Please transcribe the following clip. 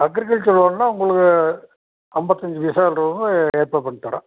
agriculture லோன்னா உங்களுக்கு ஐம்பத்தஞ்சு பைசா லோனு ஏற்பாடு பண்ணித்தர்றோம்